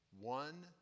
one